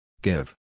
Give